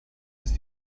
ist